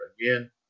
again